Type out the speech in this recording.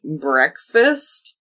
breakfast